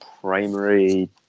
primary